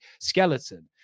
skeleton